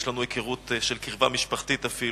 יש לנו היכרות של קרבה משפחתית אפילו.